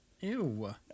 Ew